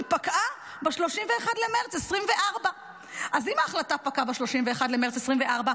היא פקעה ב-31 למרץ 2024. אז ההחלטה פקעה ב-31 למרץ 2024,